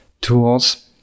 tools